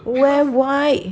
wear white